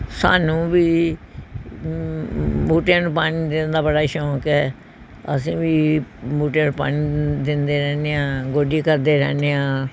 ਸਾਨੂੰ ਵੀ ਬੂਟਿਆਂ ਨੂੰ ਪਾਣੀ ਦੇਣ ਦਾ ਬੜਾ ਸ਼ੌਂਕ ਹੈ ਅਸੀਂ ਵੀ ਬੂਟਿਆਂ ਨੂੰ ਪਾਣੀ ਦਿੰਦੇ ਰਹਿੰਦੇ ਹਾਂ ਗੋਡੀ ਕਰਦੇ ਰਹਿੰਦੇ ਹਾਂ